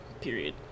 period